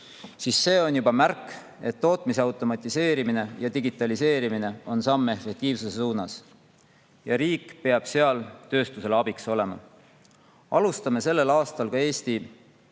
siis see on juba märk, et tootmise automatiseerimine ja digitaliseerimine on samm efektiivsuse suunas. Riik peab seal tööstusele abiks olema. Alustame sellel aastal ka Eesti